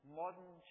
modern